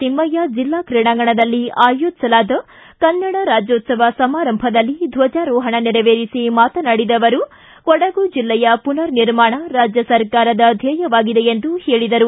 ತಿಮ್ಯಯ್ಯ ಜಿಲ್ಲಾ ಕ್ರೀಡಾಂಗಣದಲ್ಲಿ ಆಯೋಜಿಸಲಾದ ಕನ್ನಡ ರಾಜ್ಣೋತ್ಲವ ಸಮಾರಂಭದಲ್ಲಿ ದ್ವಜಾರೋಹಣ ನೆರವೇರಿಸಿ ಮಾತನಾಡಿದ ಅವರು ಕೊಡಗು ಜಿಲ್ಲೆಯ ಪುನರ್ ನಿರ್ಮಾಣ ರಾಜ್ಯ ಸರ್ಕಾರದ ಧ್ಯೇಯವಾಗಿದೆ ಎಂದು ಹೇಳಿದರು